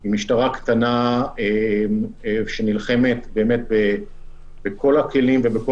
היא משטרה קטנה שנלחמת באמת בכל הכלים ובכל